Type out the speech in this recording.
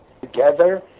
together